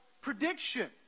prediction